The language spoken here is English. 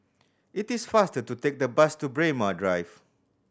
it is faster to take the bus to Braemar Drive